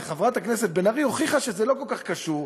וחברת הכנסת בן ארי הוכיחה שזה לא כל כך קשור,